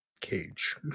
Cage